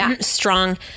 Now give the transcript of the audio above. strong